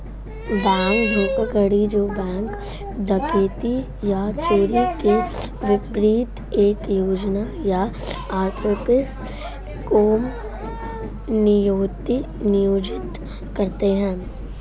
bank धोखाधड़ी जो bank डकैती या चोरी के विपरीत एक योजना या आर्टिफिस को नियोजित करते हैं